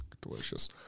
Delicious